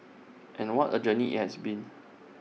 and what A journey IT has been